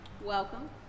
welcome